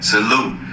Salute